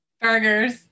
burgers